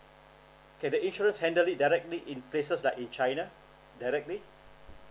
can the insurance handedly directly in places like in china directly